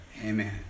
Amen